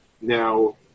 Now